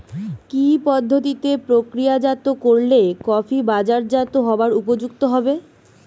কি পদ্ধতিতে প্রক্রিয়াজাত করলে কফি বাজারজাত হবার উপযুক্ত হবে?